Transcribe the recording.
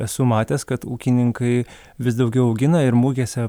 esu matęs kad ūkininkai vis daugiau augina ir mugėse